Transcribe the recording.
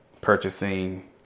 purchasing